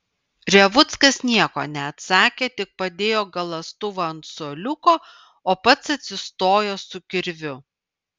revuckas nieko neatsakė tik padėjo galąstuvą ant suoliuko o pats atsistojo su kirviu